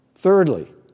Thirdly